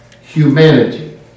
humanity